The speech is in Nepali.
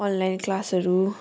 अनलाइन क्लासहरू